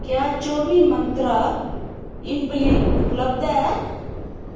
क्या चौह्बी मंत्रा इंबली उपलब्ध ऐ